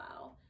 wow